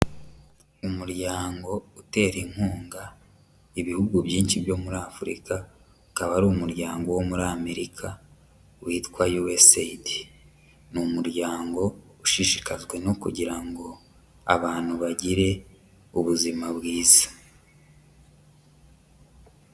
Umuryango utera inkunga ibihugu byinshi byo muri Afurika akaba ari umuryango wo muri Amerika witwa yuweseyidi. Ni umuryango ushishikajwe no kugira ngo abantu bagire ubuzima bwiza.